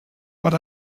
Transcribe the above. but